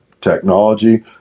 technology